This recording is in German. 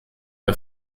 der